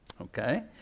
Okay